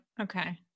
Okay